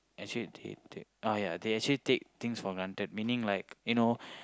actually take take oh ya they actually take things for granted meaning like you know